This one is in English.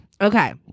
okay